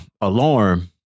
alarm